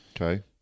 Okay